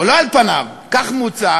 או לא על פניו, כך מוצע,